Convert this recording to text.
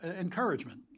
encouragement